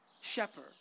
shepherd